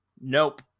Nope